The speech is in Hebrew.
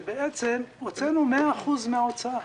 שבעצם הוצאנו 100% מן ההוצאה,